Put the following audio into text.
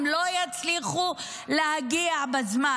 והם לא יצליחו להגיע בזמן.